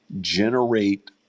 generate